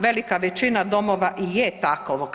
Velika većina domova i je takovog.